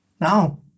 Now